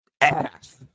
ass